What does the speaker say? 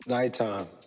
Nighttime